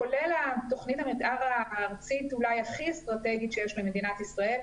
כולל תוכנית המתאר הארצית אולי הכי אסטרטגית שיש למדינת ישראל,